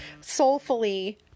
soulfully